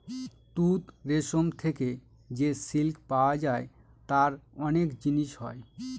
তুত রেশম থেকে যে সিল্ক পাওয়া যায় তার অনেক জিনিস হয়